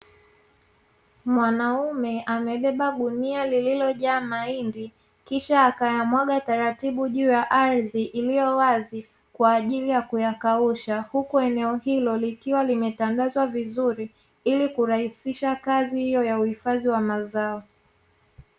Mwanaume amebeba gunia lililojaa mahindi, kisha akayamwaga taratibu juu ya ardhi iliyo wazi, kwa ajili ya kuyakausha huku eneo hilo likiwa limetandazwa vizuri, ili kurahisisha kazi hiyo ya uhifadhi wa mazao.